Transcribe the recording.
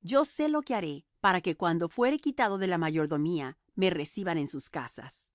yo sé lo que haré para que cuando fuere quitado de la mayordomía me reciban en sus casas